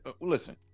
listen